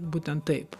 būtent taip